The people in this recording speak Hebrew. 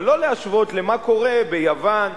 אבל לא להשוות למה שקורה ביוון,